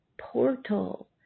portal